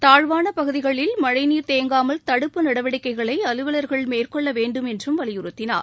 தாழ்வான பகுதிகளில் மழை நீர் தேங்காமல் தடுப்பு நடவடிக்கைகளை அலுவலர்கள் மேற்கொள்ள வேண்டும் என்றும் வலியுறுத்தினார்